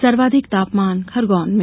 सर्वाधिक तापमान खरगोन में